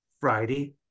Friday